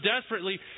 desperately